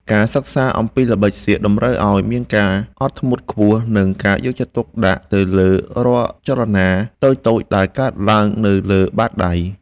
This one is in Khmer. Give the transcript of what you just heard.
ការសិក្សាអំពីល្បិចសៀកតម្រូវឱ្យមានការអត់ធ្មត់ខ្ពស់ និង ការយកចិត្តទុកដាក់ទៅលើរាល់ចលនាតូចៗដែលកើតឡើងនៅលើបាតដៃ។